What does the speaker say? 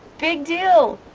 big deal!